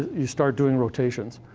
you start doing rotations,